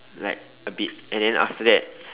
like a bit and then after that